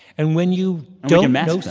and when you don't know.